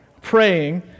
praying